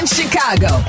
Chicago